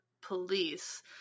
police